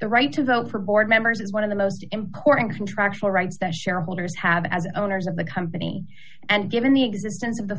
the right to vote for board members is one of the most important contractual rights that shareholders have as owners of the company and given the existence of the